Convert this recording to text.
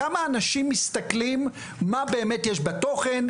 כמה אנשים מסתכלים מה באמת יש בתוכן?